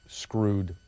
screwed